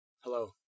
Hello